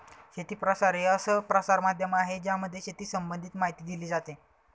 शेती प्रसार हे असं प्रसार माध्यम आहे ज्यामध्ये शेती संबंधित माहिती दिली जाते